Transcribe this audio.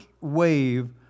wave